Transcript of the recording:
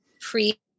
pre-